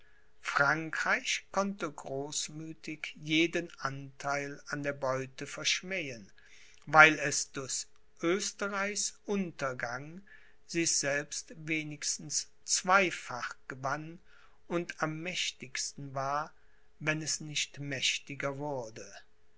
frankreich konnte großmüthig jeden antheil an der beute verschmähen weil es durch oesterreichs untergang sich selbst wenigstens zweifach gewann und am mächtigsten war wenn es nicht mächtiger wurde